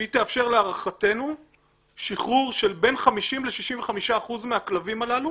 שהיא תאפשר להערכתנו שחרור של בין 50% ל-65% מהכלבים הללו